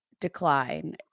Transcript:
decline